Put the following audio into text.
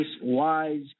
wise